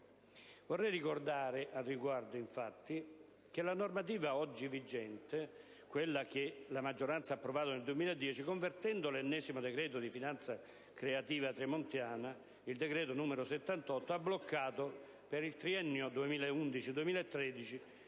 Vorrei ricordare al riguardo, infatti, che la normativa oggi vigente - quella che la maggioranza ha approvato nel 2010, convertendo l'ennesimo decreto di finanza creativa tremontiana, il decreto n. 78 - ha bloccato, per il triennio 2011-2013,